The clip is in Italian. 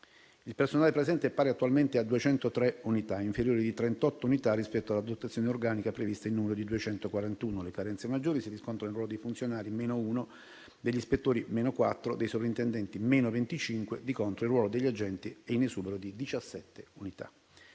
il personale presente è pari attualmente a 203 unità, inferiore di 38 unità rispetto alla dotazione organica prevista in numero di 241. Le carenze maggiori si riscontrano nel ruolo dei funzionari (-1), degli ispettori (-4), dei sovrintendenti (-25). Di contro, il ruolo degli agenti è in esubero di 17 unità.